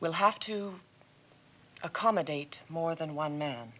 will have to accommodate more than one man